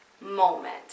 moment